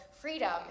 freedom